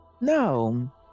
no